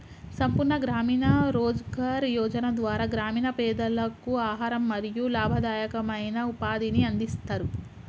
సంపూర్ణ గ్రామీణ రోజ్గార్ యోజన ద్వారా గ్రామీణ పేదలకు ఆహారం మరియు లాభదాయకమైన ఉపాధిని అందిస్తరు